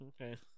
Okay